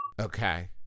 Okay